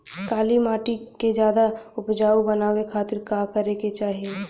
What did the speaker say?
काली माटी के ज्यादा उपजाऊ बनावे खातिर का करे के चाही?